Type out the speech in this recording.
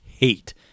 hate